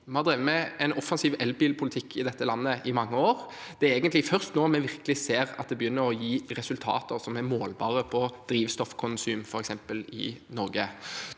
Vi har drevet med en offensiv elbilpolitikk i dette landet i mange år. Det er egentlig først nå vi virkelig ser at det begynner å gi resultater som er målbare på f.eks. drivstoffkonsum i Norge.